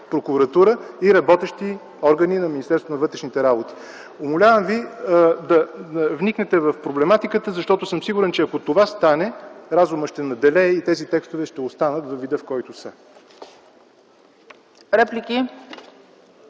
вътрешните работи. Умолявам ви да вникнете в проблематиката, защото съм сигурен, че ако това стане, разумът ще надделее и тези текстове ще останат във вида, в който са.